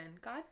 god